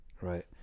right